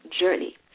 journey